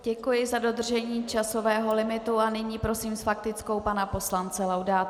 Děkuji za dodržení časového limitu a nyní prosím s faktickou pana poslance Laudáta.